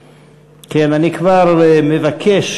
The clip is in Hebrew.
כן, אני כבר מבקש,